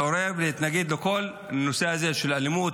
להתעורר ולהתנגד לכל הנושא הזה של אלימות,